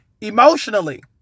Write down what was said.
emotionally